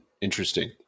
interesting